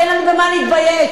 אין לנו במה להתבייש.